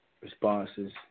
responses